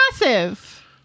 massive